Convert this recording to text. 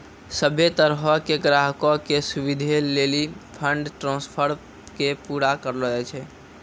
सभ्भे तरहो के ग्राहको के सुविधे लेली फंड ट्रांस्फर के पूरा करलो जाय छै